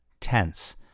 tense